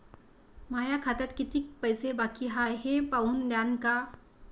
माया खात्यात कितीक पैसे बाकी हाय हे पाहून द्यान का?